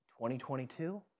2022